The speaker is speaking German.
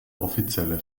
offizielle